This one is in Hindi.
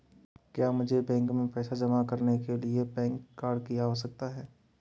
क्या मुझे बैंक में पैसा जमा करने के लिए पैन कार्ड की आवश्यकता है?